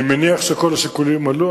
אני מניח שכל השיקולים עלו.